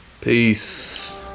Peace